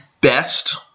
best